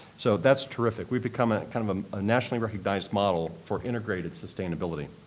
so, that's terrific. we've become ah kind of of a nationally recognized model for integrated sustainability.